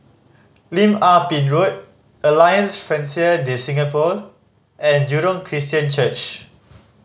Lim Ah Pin Road Alliance Francaise De Singapour and Jurong Christian Church